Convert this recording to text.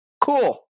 cool